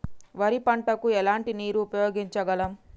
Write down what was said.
వరి పంట కు ఎలాంటి నీరు ఉపయోగించగలం?